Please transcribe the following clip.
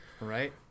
Right